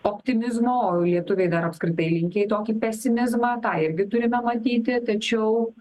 optimizmo o lietuviai dar apskritai linkę į tokį pesimizmą tą irgi turime matyti tačiau